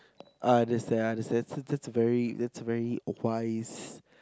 uh just that ah just that that's very advice